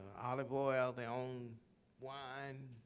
olive oil. their own wine.